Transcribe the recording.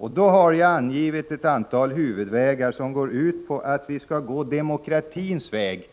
Här har jag angivit ett antal huvudvägar, varav en är att gå demokratins väg.